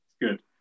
Good